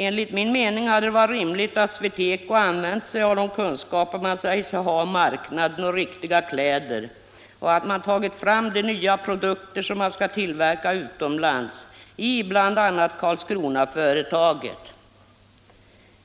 = Enligt min mening hade det varit rimligt att SweTeco använt sig av Om åtgärder mot de kunskaper man säger sig ha om marknaden och om riktiga kläder = statliga beställningoch att man tagit fram de nya produkter som man skall tillverka ut — ar på lönsömnad omlands i bl.a. Karlskronaföretaget.